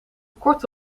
kort